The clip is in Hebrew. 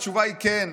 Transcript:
התשובה היא כן.